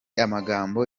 amagambo